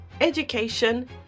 education